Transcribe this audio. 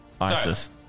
ISIS